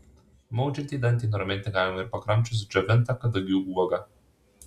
maudžiantį dantį nuraminti galima ir pakramčius džiovintą kadagių uogą